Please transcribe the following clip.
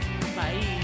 Bye